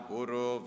Guru